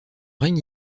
règne